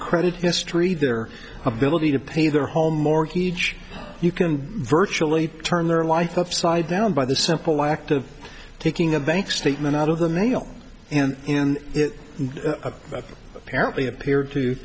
credit history their ability to pay their home mortgage you can virtually turn their life upside down by the simple act of taking a bank statement out of the mail and it apparently appeared to